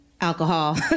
alcohol